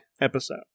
Episode